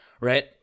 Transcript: right